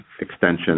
extension